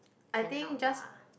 cannot bah